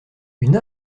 une